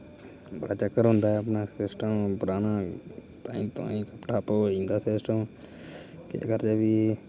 बड़ा चक्कर होंदा ऐ अपनी सिस्टम पराना ताईं तोआईं होईं दा सिस्टम केह् करचै फ्ही